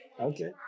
Okay